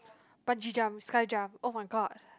bungee jumps sky jump oh-my-god